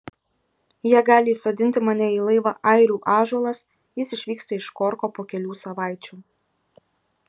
jie gali įsodinti mane į laivą airių ąžuolas jis išvyksta iš korko po kelių savaičių